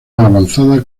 avanzada